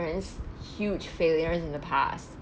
experienced huge failures in the past